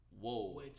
Whoa